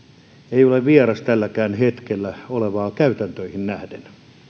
ei ole vieras tälläkään hetkellä oleviin käytäntöihin nähden